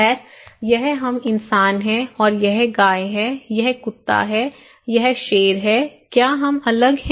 खैर यह हम इंसान हैं और यह गाय है यह कुत्ता है यह शेर है क्या हम अलग हैं